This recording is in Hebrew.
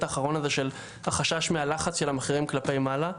האחרון הזה של החשש מהלחץ של המחירים כלפי מעלה.